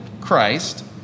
Christ